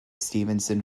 stephenson